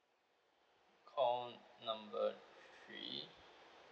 call number three